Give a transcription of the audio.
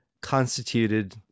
constituted